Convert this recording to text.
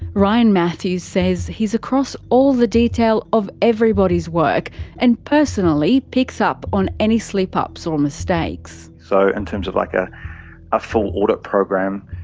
ryan matthews says he's across the detail of everybody's work and personally picks up on any slip ups or mistakes. so in terms of like a ah full audit program,